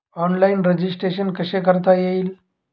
Online registration कसे करता येईल?